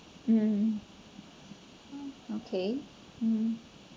mmhmm okay mmhmm